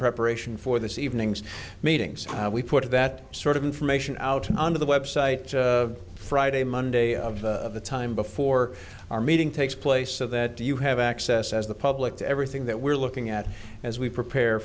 preparation for this evening's meetings we put that sort of information out on the website friday monday of the time before our meeting takes place so that do you have access as the public to everything that we're looking at as we prepare